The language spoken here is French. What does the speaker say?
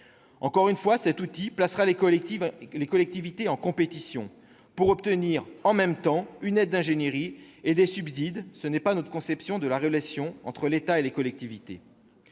encore une fois, les collectivités en compétition pour obtenir en même temps une aide d'ingénierie et des subsides ; ce n'est pas notre conception de la relation entre l'État et les collectivités.